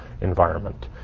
environment